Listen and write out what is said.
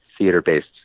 Theater-based